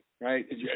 right